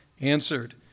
answered